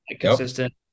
consistent